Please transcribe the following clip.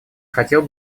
хотел